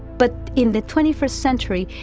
but in the twenty first century,